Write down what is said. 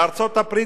בארצות-הברית,